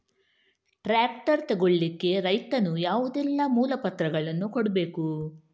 Tractor ತೆಗೊಳ್ಳಿಕೆ ರೈತನು ಯಾವುದೆಲ್ಲ ಮೂಲಪತ್ರಗಳನ್ನು ಕೊಡ್ಬೇಕು?